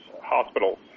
hospitals